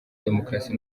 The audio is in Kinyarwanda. demokarasi